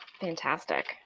Fantastic